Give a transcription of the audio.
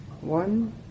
one